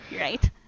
right